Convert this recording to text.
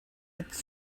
its